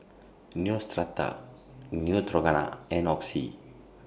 Neostrata Neutrogena and Oxy